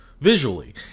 visually